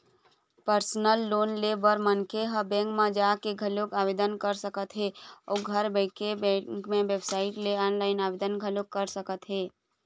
personal loan ले बर मनखे ह बेंक म जाके घलोक आवेदन कर सकत हे अउ घर बइठे बेंक के बेबसाइट ले ऑनलाईन आवेदन घलोक कर सकत हे